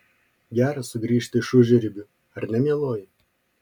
gera sugrįžti iš užribių ar ne mieloji